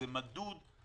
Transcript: זה מדוד.